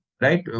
right